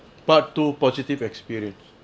part two positive experience